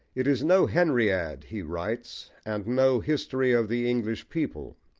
it is no henriade he writes, and no history of the english people,